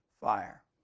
fire